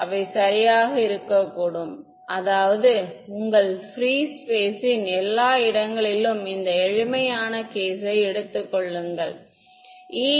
அவை சரியாக இருக்கக்கூடும் அதாவது உங்கள் பிரீ ஸ்பேஸ் ன் எல்லா இடங்களிலும் இந்த எளிமையான கேஸ் ஐ எடுத்துக்கொள்ளுங்கள் e h 1